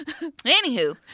Anywho